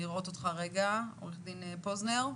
עורך דין פוזנר,